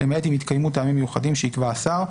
למעט אם התקיימו טעמים מיוחדים שיקבע השר.